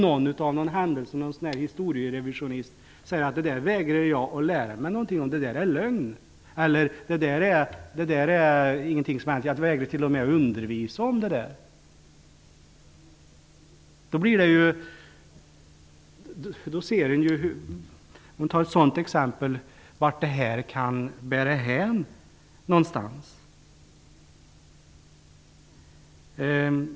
Men om vi tänker oss att någon historierevisionist säger att han vägrar att lära sig något om detta därför att det är lögn, eller att han t.o.m. vägrar att undervisa om det, inser vi vart det kan bära hän. Herr talman!